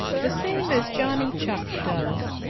the same as johnny chuck does.